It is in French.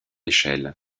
échelle